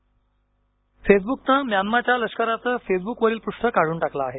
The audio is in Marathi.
म्यानमा फेसबक फेसबुकनं म्यानमाच्या लष्कराचं फेसबुकवरील पृष्ठ काढून टाकलं आहे